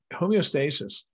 homeostasis